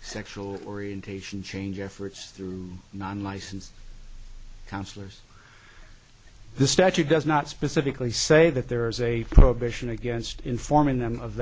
sexual orientation change efforts through non licensed counselors this statute does not specifically say that there is a prohibition against informing them of